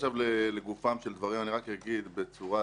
לגופם של דברים, רק אומר בצורה עדינה.